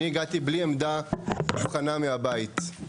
אני הגעתי בלי עמדה מוכנה מהבית.